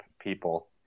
people